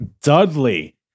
Dudley